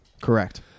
Correct